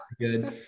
good